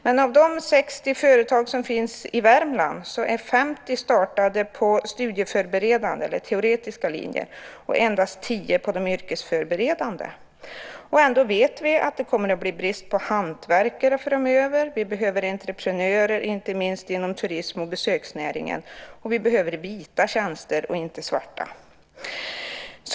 Men av de 60 UF-företag som finns i Värmland är 50 startade på studieförberedande eller teoretiska linjer och endast 10 på de yrkesförberedande. Ändå vet vi att det kommer att bli brist på hantverkare framöver. Vi behöver entreprenörer inte minst inom turism och besöksnäring. Vi behöver vita tjänster, inte svarta.